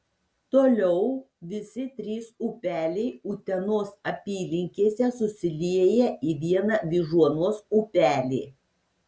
toliau visi trys upeliai utenos apylinkėse susilieja į vieną vyžuonos upelį